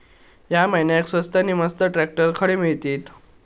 या महिन्याक स्वस्त नी मस्त ट्रॅक्टर खडे मिळतीत?